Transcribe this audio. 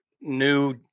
new